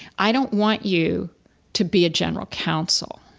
i don't want you to be a general counsel,